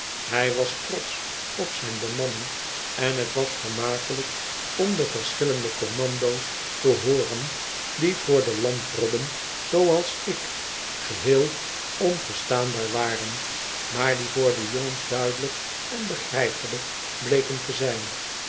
hy was trotsch op zijn bemanning en het was vermakelijk om de verschillende commando's te hooren die voor de landrobben zooals ik geheel onverstaanbaar waren maar die voor de jongens duidelijk en begrijpelijk bleken te zijn